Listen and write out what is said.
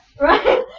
Right